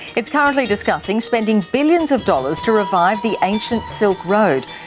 it is currently discussing spending billions of dollars to revive the ancient silk road.